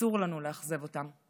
אסור לנו לאכזב אותם.